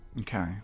Okay